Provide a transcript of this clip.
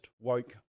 woke